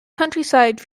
countryside